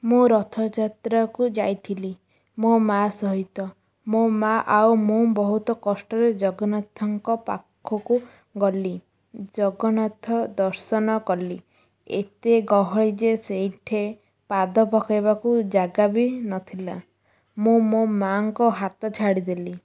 ମୁଁ ରଥଯାତ୍ରାକୁ ଯାଇଥିଲି ମୋ ମାଆ ସହିତ ମୋ ମାଆ ଆଉ ମୁଁ ବହୁତ କଷ୍ଟରେ ଜଗନ୍ନାଥଙ୍କ ପାଖକୁ ଗଲି ଜଗନ୍ନାଥ ଦର୍ଶନ କଲି ଏତେ ଗହଳି ଯେ ସେଇଠେ ପାଦ ପକେଇବାକୁ ଜାଗା ବି ନଥିଲା ମୁଁ ମୋ ମାଆଙ୍କ ହାତ ଛାଡ଼ିଦେଲି